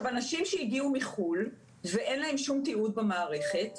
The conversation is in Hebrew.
אנשים שהגיעו מחו"ל ואין להם שום תיעוד במערכת,